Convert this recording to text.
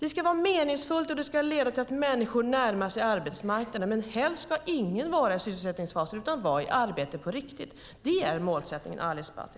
Det ska vara meningsfullt och leda till att människor närmar sig arbetsmarknaden. Helst ska ingen vara i sysselsättningsfasen utan i arbete på riktigt. Det är målsättningen, Ali Esbati.